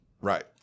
Right